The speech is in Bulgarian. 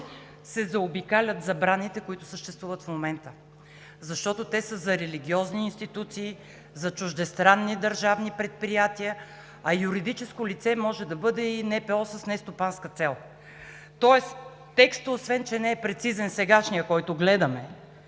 се заобикалят забраните, които съществуват в момента, защото те са за религиозни институции, за чуждестранни държавни предприятия, а юридическо лице може да бъде и НПО с нестопанска цел. Тоест сегашният текст, който гледаме,